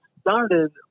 started